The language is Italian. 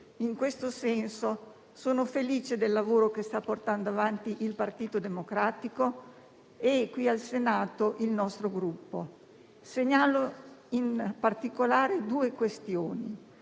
In questo senso, sono felice del lavoro che sta portando avanti il Partito Democratico e qui, al Senato, il nostro Gruppo. Segnalo in particolare due questioni: